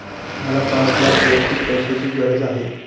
मला पाच लाख वैयक्तिक पैशाची गरज आहे